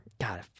God